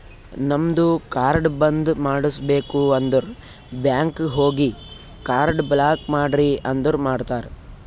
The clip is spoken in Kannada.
ನಮ್ದು ಕಾರ್ಡ್ ಬಂದ್ ಮಾಡುಸ್ಬೇಕ್ ಅಂದುರ್ ಬ್ಯಾಂಕ್ ಹೋಗಿ ಕಾರ್ಡ್ ಬ್ಲಾಕ್ ಮಾಡ್ರಿ ಅಂದುರ್ ಮಾಡ್ತಾರ್